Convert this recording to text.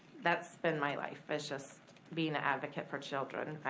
that's been my life, is just being a advocate for children.